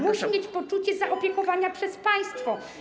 musi mieć poczucie zaopiekowania przez państwo.